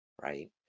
right